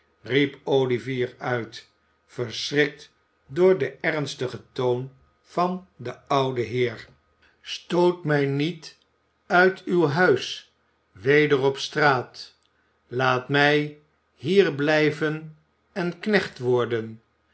olivier uit verschrikt door den ernstigen toon van den ouden heer stoot mij niet uit uw huis weder op straat laat mij hier blijven en knecht worden